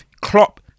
Klopp